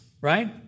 right